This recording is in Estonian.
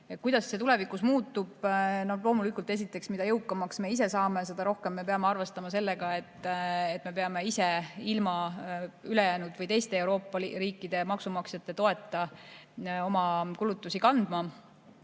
see tulevikus muutub? Loomulikult, esiteks, mida jõukamaks me ise saame, seda rohkem me peame arvestama sellega, et me peame ise, ilma ülejäänud või teiste Euroopa riikide maksumaksjate toeta oma kulutusi kandma.